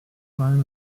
sign